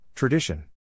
Tradition